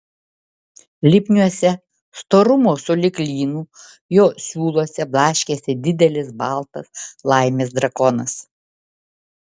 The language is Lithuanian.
lipniuose storumo sulig lynu jo siūluose blaškėsi didelis baltas laimės drakonas